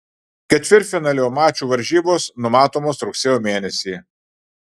ketvirtfinalio mačų varžybos numatomos rugsėjo mėnesį